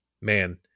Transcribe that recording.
man